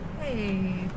Hey